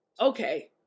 Okay